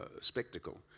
spectacle